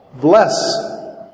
bless